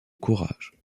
courage